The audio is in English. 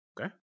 Okay